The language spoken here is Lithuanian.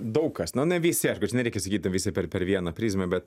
daug kas na nevisi nereikia sakyti visi per per vieną prizmę bet